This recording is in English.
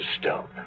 stone